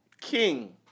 King